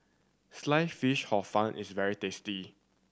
Sliced Fish Hor Fun is very tasty